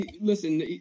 listen